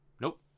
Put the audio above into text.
Nope